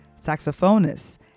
saxophonist